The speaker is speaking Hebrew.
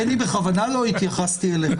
בני, בכוונה לא התייחסתי אליך.